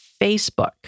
Facebook